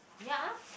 ya